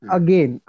again